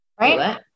Right